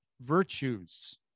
virtues